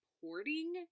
supporting